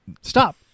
Stop